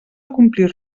complir